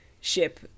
ship